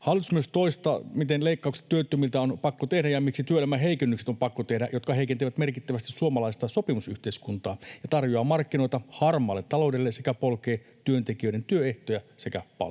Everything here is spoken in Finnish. Hallitus myös toistaa, miten leikkaukset työttömiltä on pakko tehdä ja miksi on pakko tehdä työelämäheikennykset, jotka heikentävät merkittävästi suomalaista sopimusyhteiskuntaa, tarjoavat markkinoita harmaalle taloudelle sekä polkevat työntekijöiden työehtoja ja palkkoja.